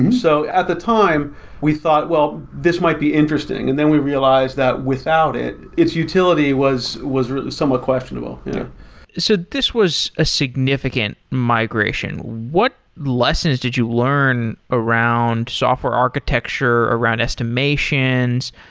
and so at the time we thought, well, this might be interesting. and then we realized that without it, its utility was was somewhat questionable yeah this was a significant migration. what lessons did you learn around software architecture, around estimations,